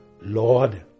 Lord